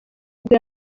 nibwo